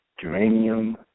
geranium